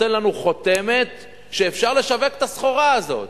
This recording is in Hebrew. הווד"ל נותן לנו חותמת שאפשר לשווק את הסחורה הזאת.